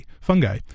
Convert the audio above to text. fungi